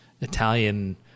Italian